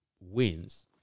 wins